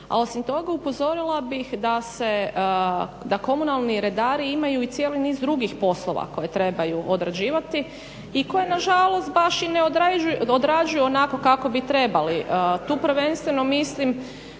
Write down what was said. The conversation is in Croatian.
a osim toga upozorila bih da komunalni redari imaju i cijeli niz drugih poslova koje trebaju odrađivati i koje nažalost baš i ne odrađuju onako kako bi trebali. Tu prvenstveno mislim